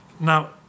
Now